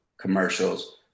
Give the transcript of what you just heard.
commercials